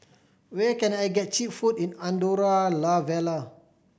where can I get cheap food in Andorra La Vella